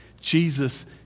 Jesus